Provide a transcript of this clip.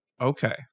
Okay